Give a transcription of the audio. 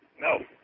No